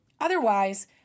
Otherwise